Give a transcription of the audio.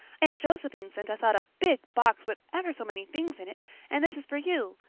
aunt josephine sent us out a big box with ever so many things in it and this is for you.